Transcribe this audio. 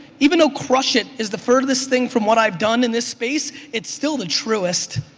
even though crush it! is the furthest thing from what i've done in this space, it's still the truest.